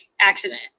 accident